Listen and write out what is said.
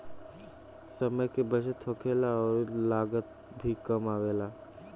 समय के बचत होखेला अउरी लागत भी कम आवेला